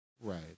Right